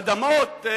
אדמות,